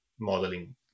modeling